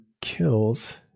kills